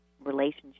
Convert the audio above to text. relationship